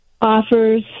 offers